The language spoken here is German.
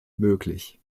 möglich